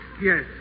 yes